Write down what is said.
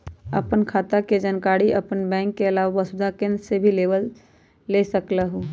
आपन खाता के जानकारी आपन बैंक के आलावा वसुधा केन्द्र से भी ले सकेलु?